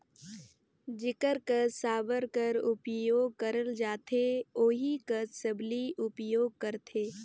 जेकर कस साबर कर उपियोग करल जाथे ओही कस सबली उपियोग करथे